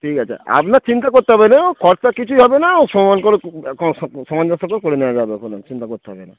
ঠিক আছে আপনার চিন্তা করতে হবে না ও খরচা কিছুই হবে না ও সমান করে কম সম সময় করে নেওয়া যাবে কোনো চিন্তা করতে হবে না